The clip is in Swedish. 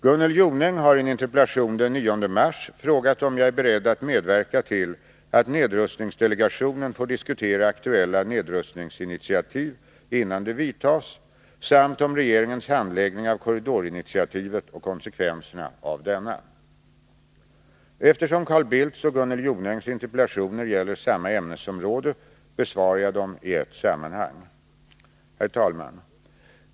Gunnel Jonäng har i en interpellation den 9 mars frågat om jag är beredd att medverka till att nedrustningsdelegationen får diskutera aktuella nedrustningsinitiativ innan de vidtas samt om regeringens handläggning av korridorinitiativet och konsekvenserna av denna. Eftersom Carl Bildts och Gunnel Jonängs interpellationer gäller samma ämnesområde besvarar jag dem i ett sammanhang. Herr talman!